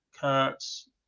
Kurtz